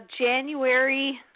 January